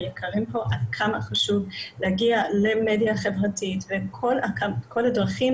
כמה חשוב להגיע למדיה חברתית וכל הדרכים